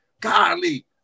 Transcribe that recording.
Golly